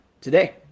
today